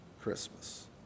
Christmas